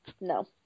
No